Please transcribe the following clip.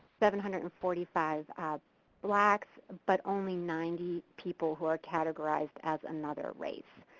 seven hundred and forty five blacks, but only ninety people who are categorized as another race.